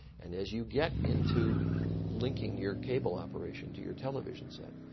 and as you get into linking your cable operation to your television set.